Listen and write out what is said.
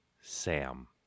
Sam